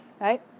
right